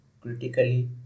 critically